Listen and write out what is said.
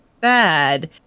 bad